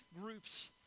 groups